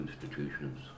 institutions